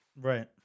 Right